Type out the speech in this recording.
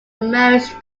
marriage